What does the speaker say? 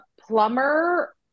plumber